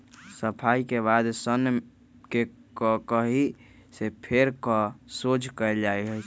सफाई के बाद सन्न के ककहि से फेर कऽ सोझ कएल जाइ छइ